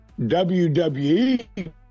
WWE